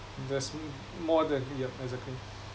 there's more than the yup exactly